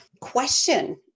question